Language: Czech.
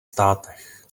státech